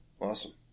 Awesome